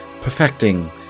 perfecting